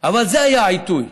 אבל זה היה העיתוי,